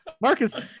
Marcus